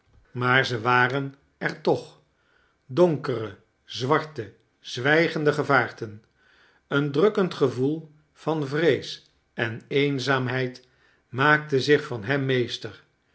maar ze kerstvertellingen waren er toch donkere zwarte wijgende gevaarten een drukkend gevoel van vrees en eeneaamheid maakt zich van hem meester